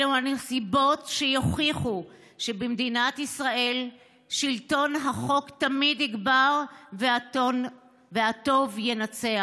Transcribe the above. אלו הסיבות שיוכיחו שבמדינת ישראל שלטון החוק תמיד יגבר והטוב ינצח.